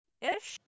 ish